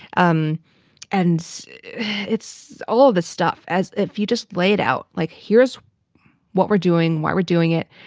um and it's all the stuff, as if you just lay it out, like, here's what we're doing, why we're doing it.